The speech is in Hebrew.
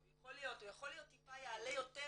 זה יכול להיות טיפה יעלה יותר,